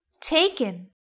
taken